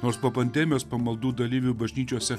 nors po pandemijos pamaldų dalyvių bažnyčiose